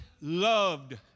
loved